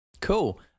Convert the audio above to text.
cool